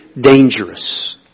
dangerous